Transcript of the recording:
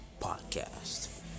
podcast